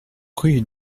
rue